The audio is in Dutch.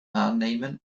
aannemen